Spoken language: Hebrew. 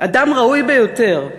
אדם ראוי ביותר,